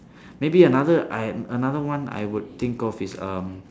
maybe another I another one I would think of is um